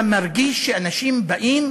אתה מרגיש שאנשים באים